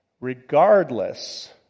regardless